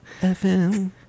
FM